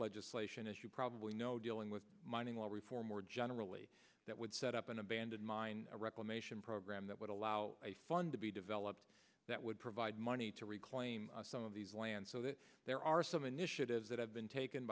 legislation as you probably know dealing with mining law reform more generally that would set up an abandoned mine reclamation program that would allow a fund to be developed that would provide money to reclaim some of these lands so that there are some initiatives that have been taken